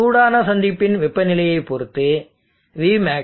சூடான சந்திப்பின் வெப்பநிலையைப் பொறுத்து Vmax 14